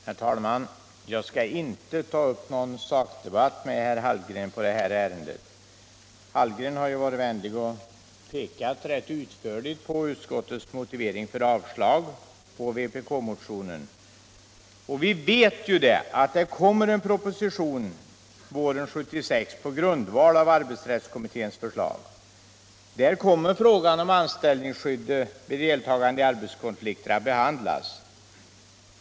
Herr talman! Jag skall inte ta upp någon sakdebatt med herr Hallgren i detta ärende. Herr Hallgren har varit vänlig och pekat rätt utförligt på utskottets motivering för avslag på vpk-motionen. Vi vet att en proposition kommer våren 1976 på grundval av arbetsrättskommitténs förslag. Då kommer frågan om anställningsskydd vid deltagande i arbetskonflikt att behandlas.